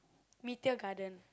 meteor garden